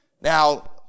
Now